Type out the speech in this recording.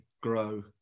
grow